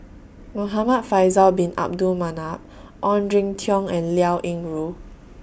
Muhamad Faisal Bin Abdul Manap Ong Jin Teong and Liao Yingru